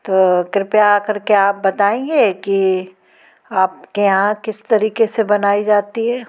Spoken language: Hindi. तो कृपया कर के आप बताएंगे कि आप के यहाँ किस तरीक़े से बनाई जाती है